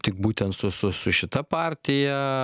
tik būtent su su su šita partija